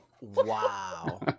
Wow